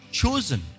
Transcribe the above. chosen